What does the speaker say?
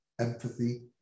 empathy